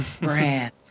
Brand